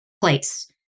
place